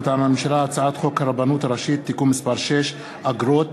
מטעם הממשלה: הצעת חוק הרבנות הראשית (תיקון מס' 6) (אגרות),